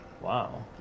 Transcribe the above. Wow